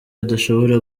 adashobora